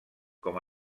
com